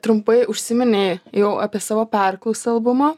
trumpai užsiminei jau apie savo perklausą albumo